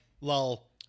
lull